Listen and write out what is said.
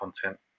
content